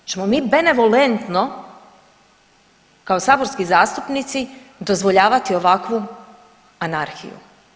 Hoćemo mi benevolentno kao saborski zastupnici dozvoljavati ovakvu anarhiju?